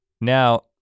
Now